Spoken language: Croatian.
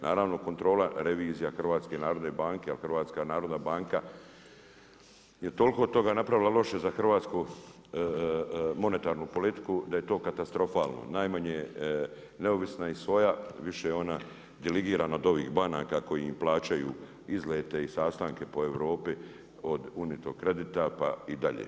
Naravno, kontrola, revizija HNB, jer HNB je toliko toga napravila loše za hrvatsku monetarnu politiku da je to katastrofalno, najmanje neovisno i SOA više ona delegirana od onih banaka koji ima plaćaju izlete i sastanke po Europi od Unito Kredita pa i dalje.